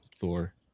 Thor